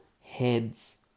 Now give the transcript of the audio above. heads